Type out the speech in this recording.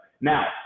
Now